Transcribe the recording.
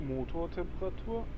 Motortemperatur